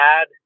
add